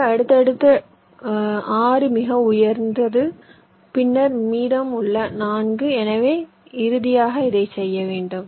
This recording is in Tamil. எனவே அடுத்தது 6 மிக உயர்ந்தது பின்னர் மீதம் உள்ளது 4 எனவே இறுதியாக இதைச் செய்ய வேண்டும்